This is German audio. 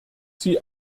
sie